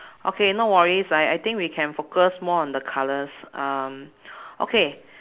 okay no worries I I think we can focus more on the colours um okay